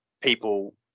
People